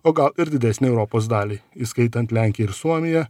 o gal ir didesniai europos daliai įskaitant lenkiją ir suomiją